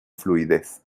fluidez